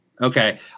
Okay